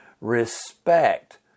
respect